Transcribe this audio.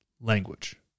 language